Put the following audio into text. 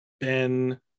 Ben